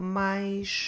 mais